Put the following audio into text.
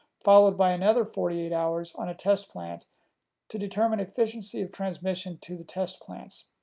followed by another forty eight hours on a test plant to determine efficiency of transmission to the test plants.